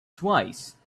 twice